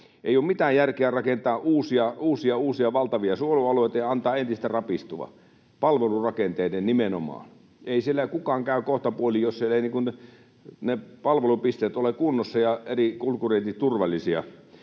Ei ole mitään järkeä rakentaa uusia, uusia, uusia valtavia suojelualueita ja antaa entisten rapistua — palvelurakenteiden nimenomaan. Ei siellä kukaan käy kohtapuoliin, jos siellä eivät ne palvelupisteet ole kunnossa ja eri kulkureitit turvallisia.